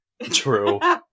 true